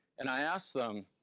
and i asked them,